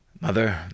Mother